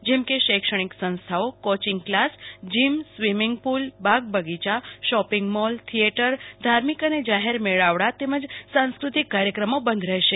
જેમકે શૈક્ષણિક સંસ્થાઓ coaching class gym swimming pool બાગ બગીયા શોપિંગ મોલ થિયેટર ધાર્મિક અને જાહેર મેળાવડાઓ અને સાંસ્કૃતિક કાર્યક્રમો બંધ રહેશે